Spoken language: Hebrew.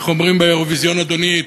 איך אומרים באירוויזיון, אדוני?